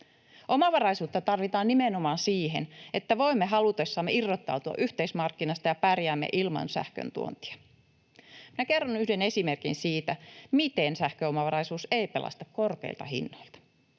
Omavaraisuutta tarvitaan nimenomaan siihen, että voimme halutessamme irrottautua yhteismarkkinasta ja pärjäämme ilman sähköntuontia. Minä kerron yhden esimerkin siitä, miten sähköomavaraisuus ei pelasta korkeilta hinnoilta: